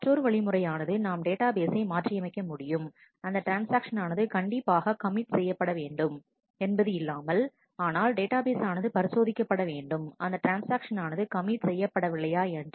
மற்றொரு வழிமுறையானது நாம் டேட்டா பேசை மாற்றியமைக்க முடியும் அந்த ட்ரான்ஸ்ஆக்ஷன் ஆனது கண்டிப்பாக கமிட் செய்யப்பட வேண்டும் என்பது இல்லாமல் ஆனால் டேட்டா பேஸ் ஆனது பரிசோதிக்கப்பட வேண்டும் அந்த ட்ரான்ஸ்ஆக்ஷன் ஆனது கமிட் செய்யப்படவில்லையா என்று